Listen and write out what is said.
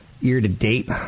Year-to-date